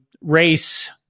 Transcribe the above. race